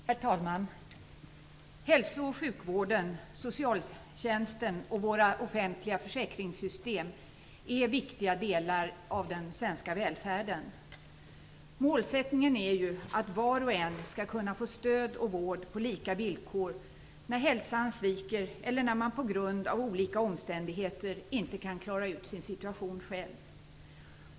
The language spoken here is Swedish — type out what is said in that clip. Herr talman! Hälso och sjukvården, socialtjänsten och våra offentliga försäkringssystem är viktiga delar av den svenska välfärden. Målsättningen är att var och en skall kunna få stöd och vård på lika villkor när hälsan sviker eller när man på grund av olika omständigheter inte kan klara ut sin situation själv.